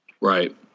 Right